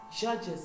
judges